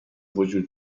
وجود